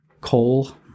coal